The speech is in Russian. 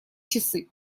часы